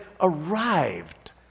arrived